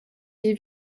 die